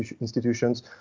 institutions